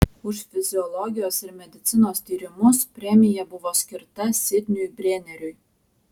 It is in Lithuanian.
už fiziologijos ir medicinos tyrimus premija buvo skirta sidniui brėneriui